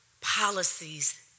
policies